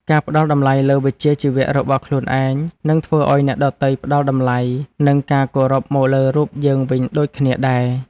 ការផ្ដល់តម្លៃលើវិជ្ជាជីវៈរបស់ខ្លួនឯងនឹងធ្វើឱ្យអ្នកដទៃផ្ដល់តម្លៃ និងការគោរពមកលើរូបយើងវិញដូចគ្នាដែរ។